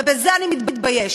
ובזה אני מתביישת.